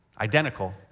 identical